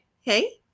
hey